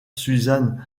susan